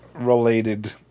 related